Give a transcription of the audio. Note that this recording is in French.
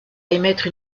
émettre